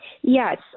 yes